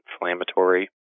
inflammatory